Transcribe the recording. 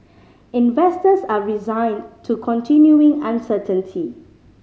investors are resigned to continuing uncertainty